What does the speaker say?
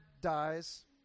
dies